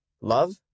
Love